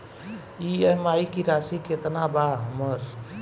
EMI की राशि केतना बा हमर?